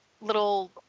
little